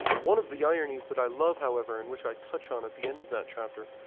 one of the ironies that i love however, and which i touch on at the end of that chapter,